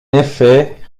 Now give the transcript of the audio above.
effet